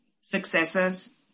successors